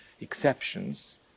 exceptions